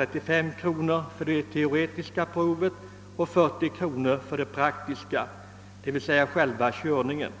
35 kronor för det teoretiska provet och 40 kronor för det praktiska provet, d.v.s. själva körningen.